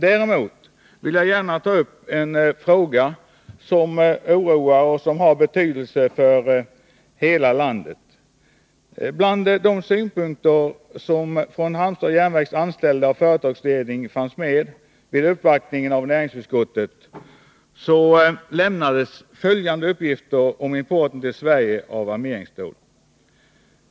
Däremot vill jag gärna ta upp en fråga som oroar och som har betydelse för hela landet. Bland de synpunkter från de anställda vid och ledningen för Halmstads järnverk som fördes fram vid uppvaktningen av näringsutskottet lämnades följande uppgifter om importen till Sverige av armeringsstål.